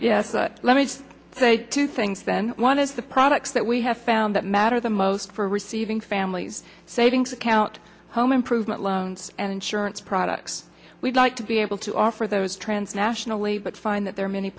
but let me just say two things then one is the products that we have found that matter the most for receiving families savings account home improvement loans and insurance products we'd like to be able to offer those transnationally but find that there are many